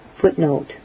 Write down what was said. footnote